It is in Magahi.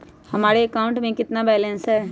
हमारे अकाउंट में कितना बैलेंस है?